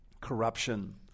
corruption